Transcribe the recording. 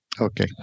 Okay